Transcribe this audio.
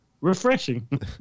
refreshing